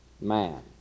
man